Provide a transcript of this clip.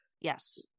Yes